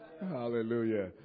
Hallelujah